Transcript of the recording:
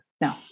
No